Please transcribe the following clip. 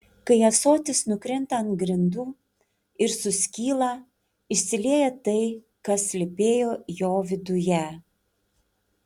kai ąsotis nukrinta ant grindų ir suskyla išsilieja tai kas slypėjo jo viduje